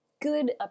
Good